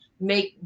make